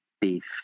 beef